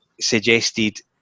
suggested